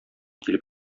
килеп